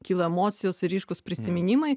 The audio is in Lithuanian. kyla emocijos ryškūs prisiminimai